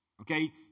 okay